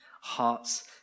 hearts